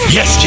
Yes